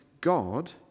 God